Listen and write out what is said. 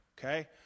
okay